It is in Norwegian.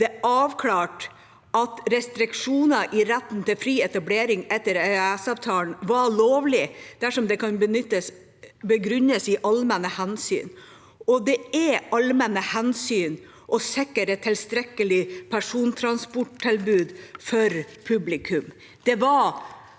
det avklart at restriksjoner i retten til fri etablering etter EØS-avtalen er lovlig dersom det kan begrunnes i allmenne hensyn. Og det er allmenne hensyn å sikre et tilstrekkelig persontransporttilbud for publikum.